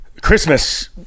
Christmas